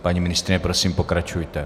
Paní ministryně, prosím, pokračujte.